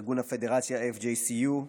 ארגון הפדרציה FJCU,